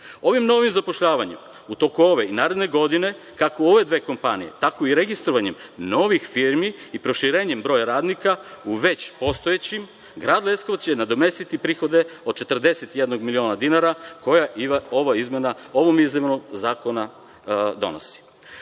Ovim novim zapošljavanjem u toku ove i naredne godine, kako u ove dve kompanije, tako i registrovanjem novih firmi i proširenjem broja radnika u već postojećim, grad Leskovac će nadomestiti prihode od 41 miliona dinara koje ova izmena zakona donosi.